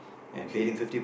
okay